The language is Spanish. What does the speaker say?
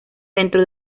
dentro